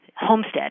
Homestead